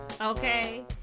Okay